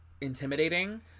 intimidating